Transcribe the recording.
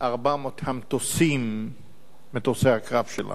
400 מטוסי הקרב שלנו.